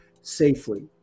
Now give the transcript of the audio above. safely